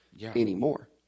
anymore